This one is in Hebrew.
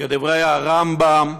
כדברי הרמב"ם,